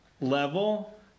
level